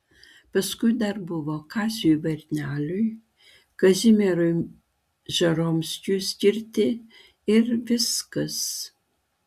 paskui dar buvo kaziui varneliui kazimierui žoromskiui skirti ir viskas